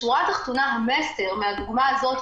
בשורה התחתונה המסר מהדוגמה הזאת,